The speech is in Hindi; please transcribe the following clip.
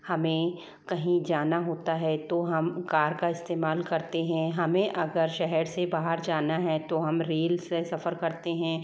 हमें कहीं जाना होता है तो हम कार का इस्तेमाल करते हैं हमें अगर शहर से बाहर जाना है तो हम रेल से सफर करते हैं